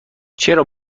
چرا